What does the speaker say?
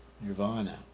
nirvana